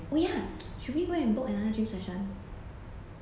oh ya should we and book another gym session